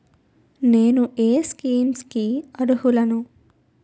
నేను ఏ స్కీమ్స్ కి అరుహులను?